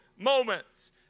moments